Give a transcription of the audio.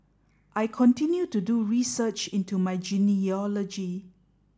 I continue to do research into my genealogy